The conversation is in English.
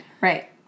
right